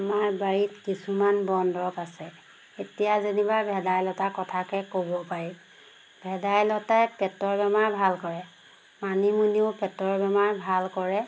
আমাৰ বাৰীত কিছুমান বন দৰৱ আছে এতিয়া যেনিবা ভেদাইলতাৰ কথাকে ক'ব পাৰি ভেদাইলতাই পেটৰ বেমাৰ ভাল কৰে মানিমুনিয়েও পেটৰ বেমাৰ ভাল কৰে